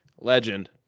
Legend